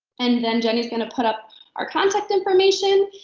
and then jenny's gonna put up our contact information.